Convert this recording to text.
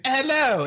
Hello